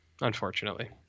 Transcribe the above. unfortunately